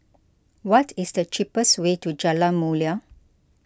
what is the cheapest way to Jalan Mulia